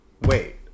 wait